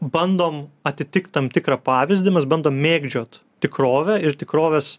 bandom atitikt tam tikrą pavyzdį mes bandom mėgdžiot tikrovę ir tikrovės